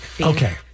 Okay